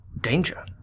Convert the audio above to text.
danger